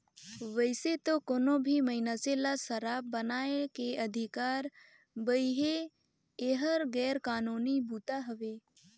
वइसे तो कोनो भी मइनसे ल सराब बनाए के अधिकार बइ हे, एहर गैर कानूनी बूता हवे